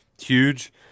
huge